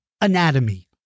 anatomy